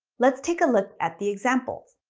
let's take a look at the example.